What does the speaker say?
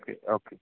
okay okay